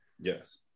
Yes